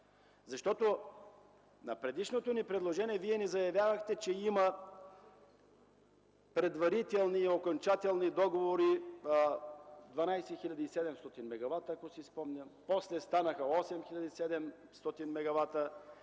ясно. На предишното ни предложение Вие заявихте, че има предварителни и окончателни договори за 12 700 мегавата, ако си спомням добре, после станаха 8700 мегавата,